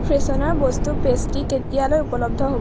freshener বস্তু pastry কেতিয়ালৈ উপলব্ধ হ'ব